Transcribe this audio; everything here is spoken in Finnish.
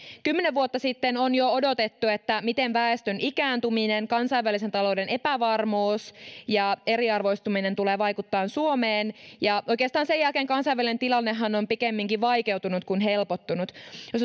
kymmenen vuotta sitten on jo odotettu miten väestön ikääntyminen kansainvälisen talouden epävarmuus ja eriarvoistuminen tulevat vaikuttamaan suomeen ja oikeastaan sen jälkeen kansainvälinen tilannehan on pikemminkin vaikeutunut kuin helpottunut